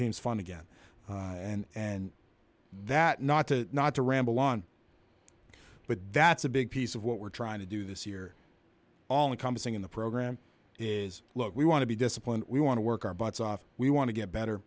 teams fun again and that not to not to ramble on but that's a big piece of what we're trying to do this year all encompassing in the program is look we want to be disciplined we want to work our butts off we want to get better